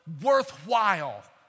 worthwhile